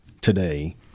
today